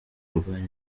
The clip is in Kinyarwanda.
kurwanya